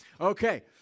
Okay